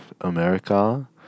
America